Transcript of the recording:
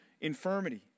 infirmity